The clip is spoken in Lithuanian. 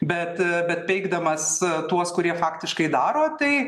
bet bet peikdamas tuos kurie faktiškai daro tai